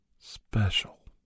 special